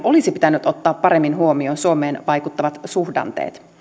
olisi pitänyt ottaa paremmin huomioon suomeen vaikuttavat suhdanteet